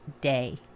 day